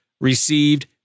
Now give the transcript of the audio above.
received